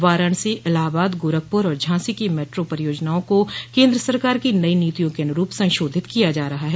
वाराणसी इलाहाबाद गोरखपुर और झांसी की मेट्रो परियोजनाओं को केन्द्र सरकार की नई नीतियों के अनुरूप संशोधित किया जा रहा है